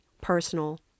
personal